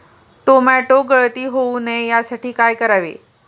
Tomato गळती होऊ नये यासाठी काय करावे?